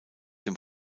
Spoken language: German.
dem